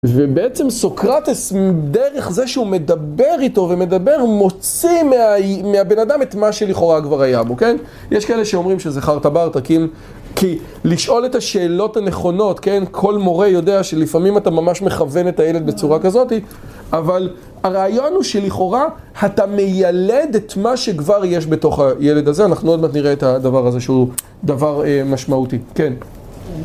ובעצם סוקרטס, דרך זה שהוא מדבר איתו ומדבר, מוציא מהבן אדם את מה שלכאורה כבר היה בו, כן? יש כאלה שאומרים שזה חרטא ברטא, כי לשאול את השאלות הנכונות, כן? כל מורה יודע שלפעמים אתה ממש מכוון את הילד בצורה כזאתי, אבל הרעיון הוא שלכאורה אתה מיילד את מה שכבר יש בתוך הילד הזה, אנחנו עוד מעט נראה את הדבר הזה שהוא דבר משמעותי, כן.